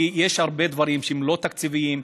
כי יש הרבה דברים שהם לא תקציביים,